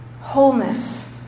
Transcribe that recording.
Wholeness